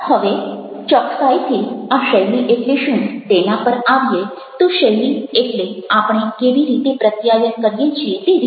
હવે ચોક્કસાઈથી આ શૈલી એટલે શું તેના પર આવીએ તો શૈલી એટલે આપણે કેવી રીતે પ્રત્યાયન કરીએ છીએ તે રીત